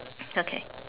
okay